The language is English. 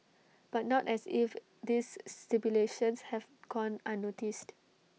but not as if this stipulations have gone unnoticed